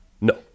No